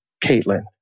Caitlin